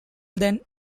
then